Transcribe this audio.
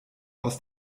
aus